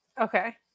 Okay